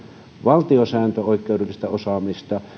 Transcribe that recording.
valtiosääntöoikeudellista osaamista